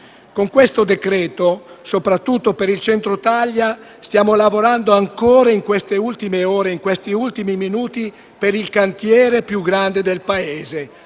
Con questo decreto, soprattutto per il Centro-Italia, stiamo lavorando ancora in queste ultime ore e negli ultimi minuti per il cantiere più grande del Paese.